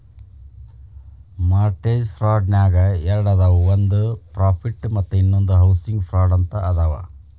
mortgage ಫ್ರಾಡ್ನ್ಯಾಗ ಎರಡದಾವ ಒಂದ್ ಪ್ರಾಫಿಟ್ ಮತ್ತ ಇನ್ನೊಂದ್ ಹೌಸಿಂಗ್ ಫ್ರಾಡ್ ಅಂತ ಅದಾವ